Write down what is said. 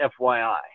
FYI